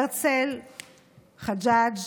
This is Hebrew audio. אבל אתם ממשלה של גזענים.